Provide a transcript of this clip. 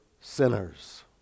sinners